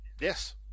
Yes